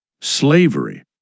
Slavery